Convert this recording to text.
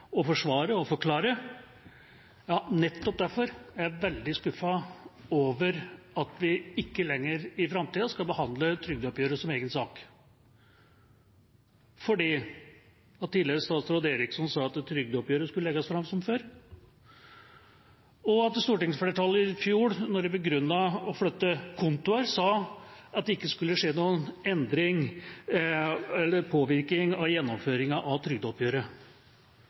å forsvare og forklare. Nettopp derfor er jeg veldig skuffet over at vi ikke lenger i framtida skal behandle trygdeoppgjøret som egen sak, fordi tidligere statsråd Eriksson sa at trygdeoppgjøret skulle legges fram som før, og stortingsflertallet sa i fjor, da de begrunnet å flytte kontoer, at det ikke skulle bli noen endring eller påvirkning av gjennomføringen av trygdeoppgjøret.